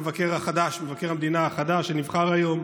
המבקר החדש, מבקר המדינה החדש שנבחר היום.